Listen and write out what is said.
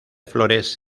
flores